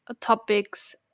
topics